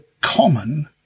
common